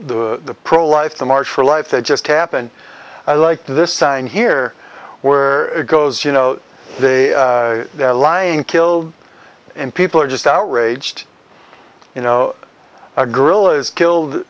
the pro life the march for life they just happen i like this sign here where it goes you know they are lying killed and people are just outraged you know a gorilla is killed